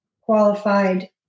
qualified